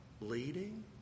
leading